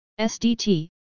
SDT